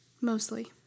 Mostly